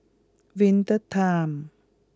Winter Time